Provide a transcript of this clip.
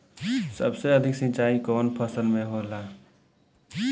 सबसे अधिक सिंचाई कवन फसल में होला?